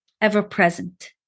ever-present